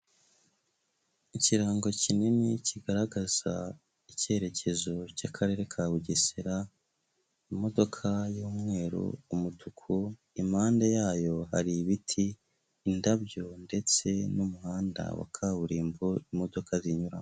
Ikirango kinini kigaragaza icyerekezo cy'Akarere ka Bugesera, imodoka y'umweru, umutuku, impande yayo hari ibiti, indabyo ndetse n'umuhanda wa kaburimbo imodoka zinyuramo.